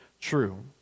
true